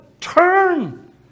Turn